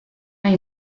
hay